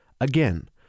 Again